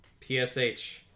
psh